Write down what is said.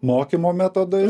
mokymo metodais